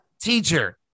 teacher